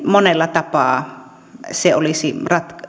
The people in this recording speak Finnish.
monella tapaa olisi